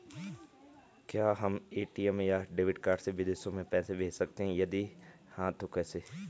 क्या हम ए.टी.एम या डेबिट कार्ड से विदेशों में पैसे भेज सकते हैं यदि हाँ तो कैसे?